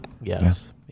Yes